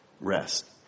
Rest